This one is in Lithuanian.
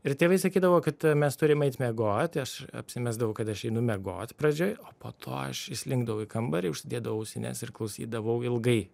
ir tėvai sakydavo kad mes turim eit miegot aš apsimesdavau kad aš einu miegot pradžioj o po to aš įslinkdavau į kambarį užsidėdavau ausines ir klausydavau ilgai